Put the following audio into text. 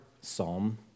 psalm